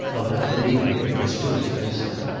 i'll have to leave here. it's too expensive.